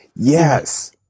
Yes